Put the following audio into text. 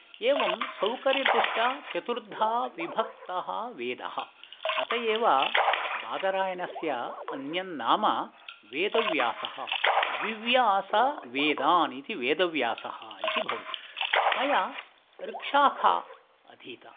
एवं सौकार्यदृष्ट्या चतुर्धा विभक्तः वेदः अत एव बादरायणस्य अन्यन्नाम वेदव्यासः विव्यास वेदान् इति वेदव्यासः इति भवति मया ऋक्शाखा अधीता